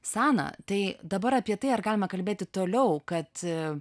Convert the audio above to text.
sana tai dabar apie tai ar galima kalbėti toliau kad